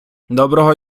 доброго